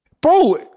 Bro